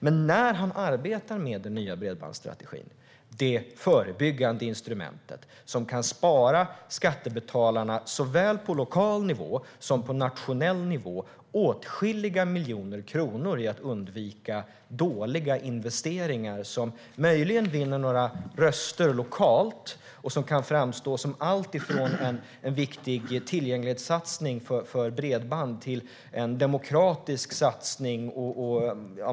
Men han kan arbeta med den nya bredbandsstrategin. Det är det förebyggande instrumentet som kan spara skattebetalarna på såväl lokal nivå som nationell nivå åtskilliga miljoner kronor i att undvika dåliga investeringar. Det vinner möjligen några röster lokalt och kan framstå som alltifrån en viktig tillgänglighetssatsning för bredband till en demokratisk satsning.